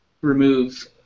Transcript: remove